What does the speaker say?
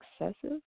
excessive